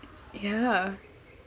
yah